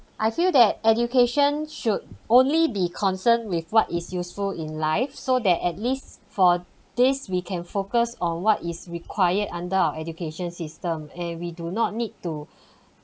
I feel that education should only be concerned with what is useful in life so that at least for this we can focus on what is required under our education system and we do not need to